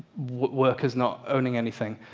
workers not owning anything